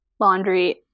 laundry